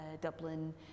Dublin